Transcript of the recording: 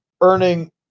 earning